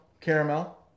caramel